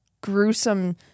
gruesome